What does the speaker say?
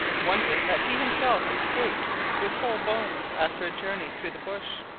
wondering that he himself escapes with whole bones after a journey through the bush.